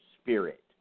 spirit